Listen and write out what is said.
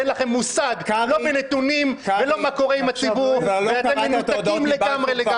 ואין לכם מושג לא בנתונים ולא מה קורה עם הציבור ואתם מנותקים לגמרי.